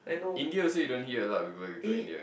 India you also don't hear a lot of people go India